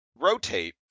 rotate